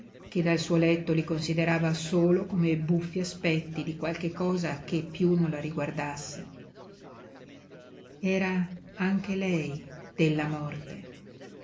che dal suo letto li considerava solo come buffi aspetti di qualche cosa che piú non la riguardasse era anche lei della morte